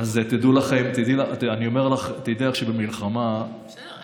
תדעי לך שבמלחמה, בסדר.